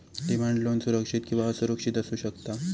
demand loan सुरक्षित किंवा असुरक्षित असू शकता